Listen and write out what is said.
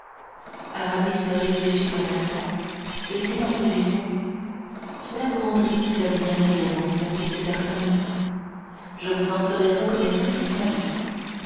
ketty aramis réfléchit un instant et dit en rougissant cela vous rendra-t-il bien réellement service d'artagnan je vous en serai reconnaissant toute ma vie